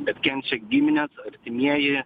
bet kenčia giminės artimieji